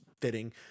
fitting